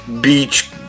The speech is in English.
beach